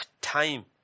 time